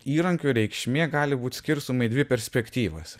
įrankių reikšmė gali būti skirstoma į dvi perspektyvas